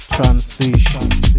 Transition